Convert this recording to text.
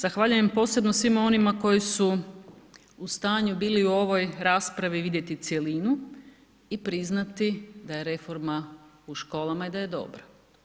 Zahvaljujem posebno svima onima koji su u stanju bili u ovoj raspravi vidjeti cjelinu i priznati da je reforma u školama i da je dobra.